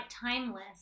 timeless